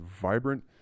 vibrant